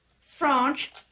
French